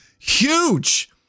Huge